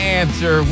answer